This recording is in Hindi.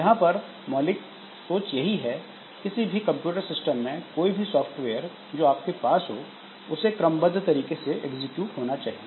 यहां पर मौलिक सोच यही है की किसी भी कंप्यूटर सिस्टम में कोई भी सॉफ्टवेयर जो आपके पास हो उसे क्रमबद्ध तरीके से एग्जीक्यूट होना चाहिए